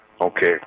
Okay